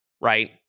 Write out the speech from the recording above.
right